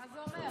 מה זה אומר,